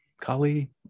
Kali